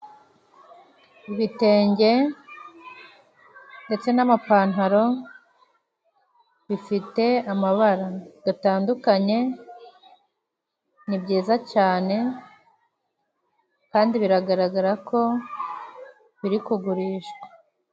Ibitenge ndetse n'amapantaro bifite amabara gatandukanye ni byiza cane kandi biragaragara ko biri kugurishwa.